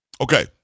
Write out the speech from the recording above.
Okay